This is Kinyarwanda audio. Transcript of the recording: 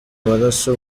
maraso